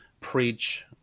preach